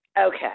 Okay